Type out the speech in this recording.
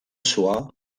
soit